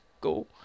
go